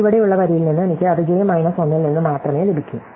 ചുവടെയുള്ള വരിയിൽ നിന്ന് എനിക്ക് അത് ജെ മൈനസ് 1 ൽ നിന്ന് മാത്രമേ ലഭിക്കൂ